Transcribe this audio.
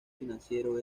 financiero